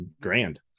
grand